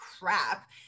crap